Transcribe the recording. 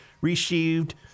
received